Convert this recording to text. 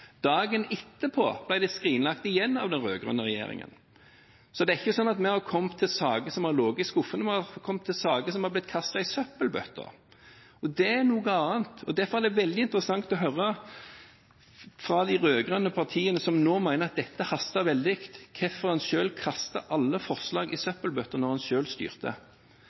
dagen etterpå ble det igjen skrinlagt av den rød-grønne regjeringen. Så det er ikke sånn at vi har kommet til saker som har ligget i skuffen vår – vi har kommet til saker som er blitt kastet i søppelbøtta. Det er noe annet, og derfor er det veldig interessant å høre fra de rød-grønne partiene som nå mener at dette haster veldig: Hvorfor kastet de alle forslag i søppelbøtta da de selv styrte?